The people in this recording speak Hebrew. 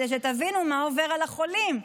כדי שתבינו מה עובר על החולים.